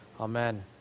amen